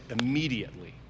immediately